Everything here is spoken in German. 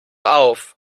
auf